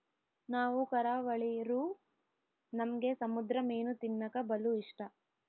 ನಾವು ಕರಾವಳಿರೂ ನಮ್ಗೆ ಸಮುದ್ರ ಮೀನು ತಿನ್ನಕ ಬಲು ಇಷ್ಟ